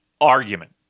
argument